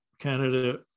Canada